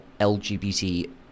LGBT